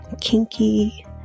kinky